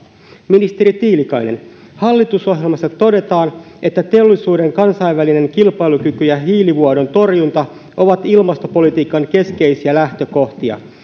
ministeri tiilikainen hallitusohjelmassa todetaan että teollisuuden kansainvälinen kilpailukyky ja hiilivuodon torjunta ovat ilmastopolitiikan keskeisiä lähtökohtia